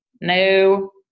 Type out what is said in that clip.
No